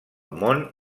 món